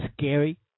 scary